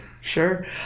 sure